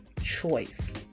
choice